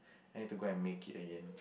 I need to go and make it again